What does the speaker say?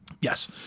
Yes